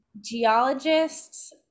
geologists